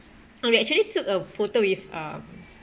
I actually took a photo with um